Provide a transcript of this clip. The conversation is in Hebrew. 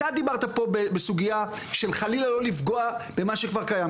אתה דיברת פה בסוגייה שחלילה לא לפגוע במה שכבר קיים,